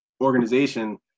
organization